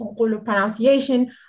pronunciation